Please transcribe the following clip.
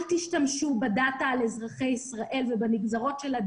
אל תשתמשו בדאטה הזה על אזרחי ישראל ובנגזרות שלו